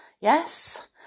yes